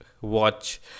watch